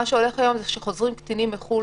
מה שקורה היום זה שחוזרים קטינים מחו"ל,